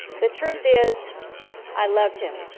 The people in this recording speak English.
the truth is i loved him.